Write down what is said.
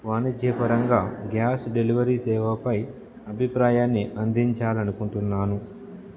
వాణిజ్యపరంగా gas delivery సేవ పై అభిప్రాయాన్ని అందించాలి అనుకుంటున్నాను